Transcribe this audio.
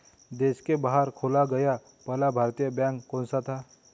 देश के बाहर खोला गया पहला भारतीय बैंक कौन सा था?